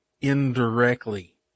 indirectly